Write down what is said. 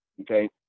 okay